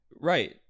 Right